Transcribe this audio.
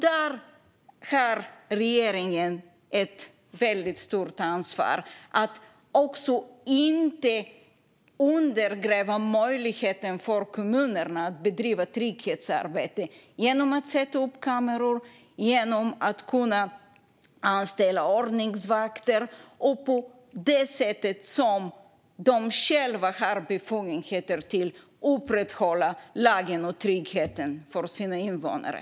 Regeringen har ett väldigt stort ansvar för att inte undergräva möjligheten för kommunerna att bedriva trygghetsarbete genom att sätta upp kameror, anställa ordningsvakter och upprätthålla lagen och tryggheten för invånarna på det sätt man har befogenhet till.